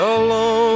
alone